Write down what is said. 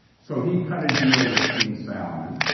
so he cut a deal with king salman.